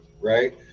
right